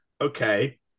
Okay